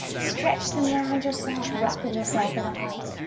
stretch them round yourself wrapping yourself in a hug,